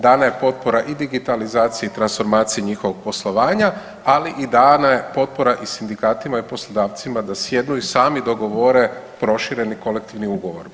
Dana je potpora i digitalizaciji i transformaciji njihovog poslovanja, ali i dana je potpora i sindikatima i poslodavcima da sjednu i sami dogovore prošireni kolektivni ugovor.